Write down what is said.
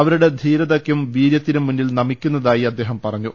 അവരുടെ ധീരതയ്ക്കും വീരൃത്തിനും മുന്നിൽ നമിക്കുന്നതായി അദ്ദേഹം പറഞ്ഞു